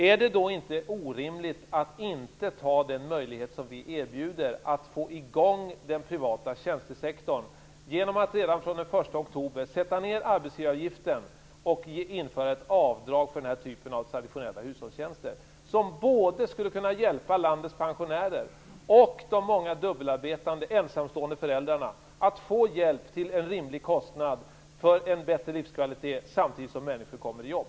Är det då inte orimligt att inte ta den möjlighet som vi erbjuder att få i gång den privata tjänstesektorn genom att redan den 1 oktober sätta ned arbetsgivaravgiften och införa ett avdrag för nämnda traditionella hushållstjänster? Det skulle hjälpa både landets pensionärer och de många dubbelarbetande ensamstående föräldrarna att till en rimlig kostnad få hjälp för en bättre livskvalitet, samtidigt som människor kommer i jobb.